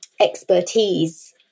expertise